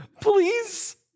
Please